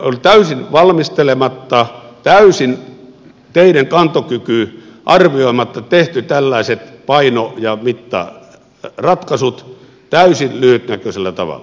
on täysin valmistelematta täysin teiden kantokyky arvioimatta tehty tällaiset paino ja mittaratkaisut täysin lyhytnäköisellä tavalla